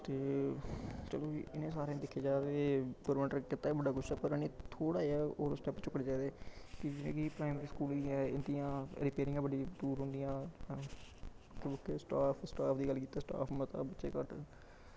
ते चलो इयां सारें दिक्खेआ जा ते गौरमैंट नै कीता बी बड़ा कुछ ऐ पर होर थोह्ड़ा जेहा होर स्टैप्प चुक्कने चाही दे जियां कि प्राईमरी स्कूल एह्दियां बड़े बड़े दूर औंदियां स्कूल च स्टाफ स्टाफ दी गल्ल कीती जा ते स्टाफ मता ते बच्चे घट्ट